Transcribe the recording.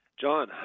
John